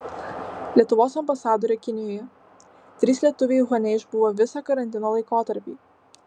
lietuvos ambasadorė kinijoje trys lietuviai uhane išbuvo visą karantino laikotarpį